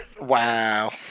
Wow